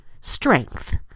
strength